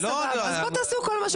אז בואו תעשו הכול,